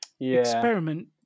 Experiment